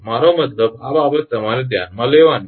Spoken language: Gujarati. મારો મતલબ કે આ બાબત તમારે ધ્યાનમાં લેવાની છે